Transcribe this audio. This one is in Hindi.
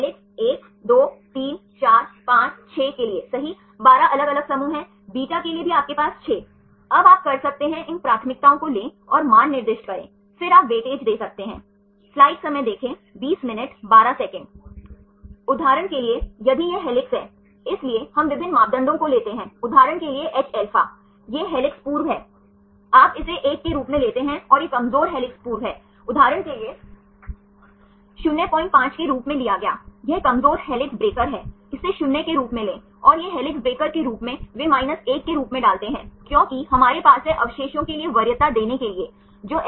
फिर N Cα के साथ घुमाव है सही और इसे phi कोण कहा जाता है और Cα C के साथ घुमाव जिसे psi कोण कहा जाता है ठीक है अगर आप इस phi और psi को लिखते हैं तो यह एक बॉन्ड नहीं है यह एक रोटेशन है उस विशेष बॉन्ड के कारण उन्होंने इस तरह के रोटेशन को फाई और साई की तरह रखा है सही